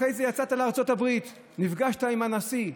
אחרי זה יצאת לארצות הברית, נפגשת עם הנשיא.